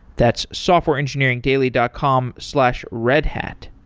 that's softwareengineeringdaily dot com slash redhat.